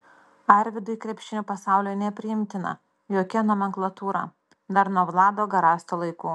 arvydui krepšinio pasaulyje nepriimtina jokia nomenklatūra dar nuo vlado garasto laikų